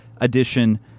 edition